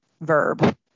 verb